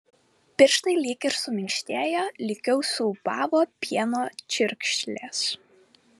pirštai lyg ir suminkštėjo lygiau suūbavo pieno čiurkšlės